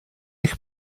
eich